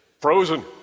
frozen